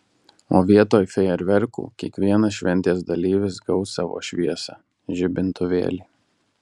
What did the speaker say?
o vietoj fejerverkų kiekvienas šventės dalyvis gaus savo šviesą žibintuvėlį